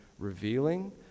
Revealing